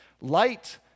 Light